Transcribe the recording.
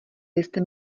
byste